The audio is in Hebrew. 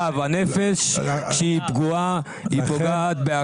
כאשר הנפש פגועה, היא פוגעת בכל.